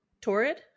Torrid